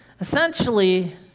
Essentially